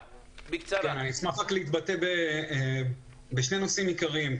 אשמח להתבטא בשני נושאים עיקריים.